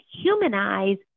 humanize